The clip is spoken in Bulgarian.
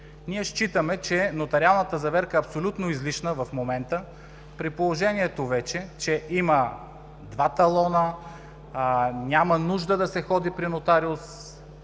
Смятаме, че нотариалната заверка е абсолютно излишна в момента. При положение, че вече има два талона, няма нужда да се ходи при нотариус.